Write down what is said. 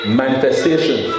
manifestation